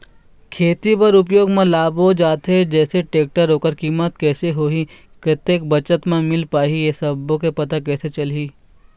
खेती बर उपयोग मा लाबो जाथे जैसे टेक्टर ओकर कीमत कैसे होही कतेक बचत मा मिल पाही ये सब्बो के पता कैसे चलही?